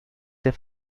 der